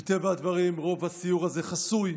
מטבע הדברים, רוב הסיור הזה חסוי,